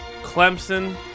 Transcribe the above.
Clemson